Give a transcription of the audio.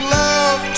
love